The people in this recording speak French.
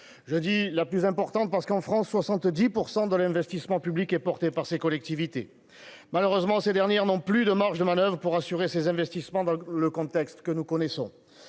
je dis la plus importante, parce qu'en France 70 % de l'investissement public et porté par ces collectivités, malheureusement, ces dernières n'ont plus de marge de manoeuvre pour assurer ses investissements dans le contexte que nous connaissons